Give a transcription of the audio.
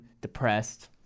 depressed